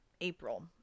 april